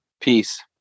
Peace